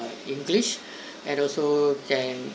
english and also can